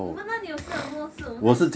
我们哪里又吃很多次我们才